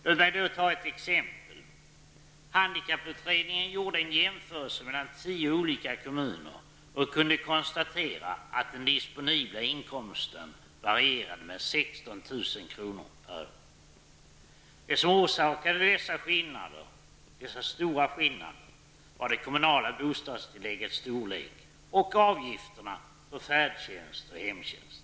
Låt mig då ta ett exempel. Handikapputredningen gjorde en jämförelse mellan tio olika kommuner och kunde konstatera att den disponibla inkomsten varierade med 16 000 kr. per år. Det som orsakade dessa stora skillnader var det kommunala bostadstilläggets storlek och avgifterna för färdtjänst och hemtjänst.